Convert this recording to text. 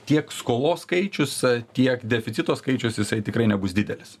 tiek skolos skaičius tiek deficito skaičius jisai tikrai nebus didelis